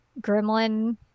gremlin